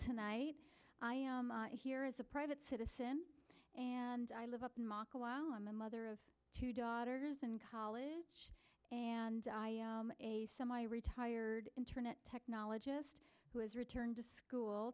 tonight i am here is a private citizen and i live up in moscow while i'm a mother of two daughters in college and a semi retired internet technologist who has returned to school